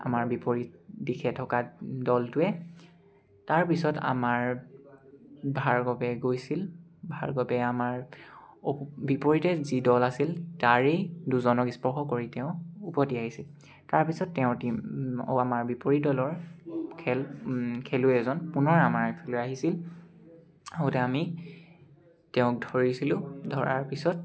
আমাৰ বিপৰীত দিশে থকা দলটোৱে তাৰপিছত আমাৰ ভাৰ্গৱে গৈছিল ভাৰ্গৱে আমাৰ অ' বিপৰীতে যি দল আছিল তাৰে দুজনক স্পৰ্শ কৰি তেওঁ উভতি আহিছিল তাৰপিছত তেওঁৰ টীম অ' আমাৰ বিপৰীত দলৰ খেল খেলুৱৈ এজন পুনৰ আমাৰ খেলুৱৈ আহিছিল আহোঁতে আমি তেওঁক ধৰিছিলোঁ ধৰাৰ পিছত